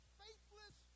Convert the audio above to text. faithless